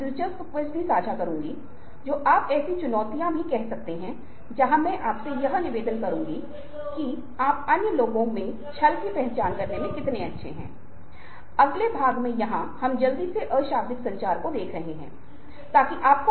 लोकाचार विश्वसनीयता विश्वास है और बहुत बार ब्रांड नाम से जुड़ा है लोगो से बोलने वाले व्यक्ति और सभी प्रकार की चीजों से जुड़ा हुआ है